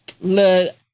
Look